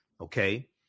Okay